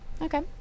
Okay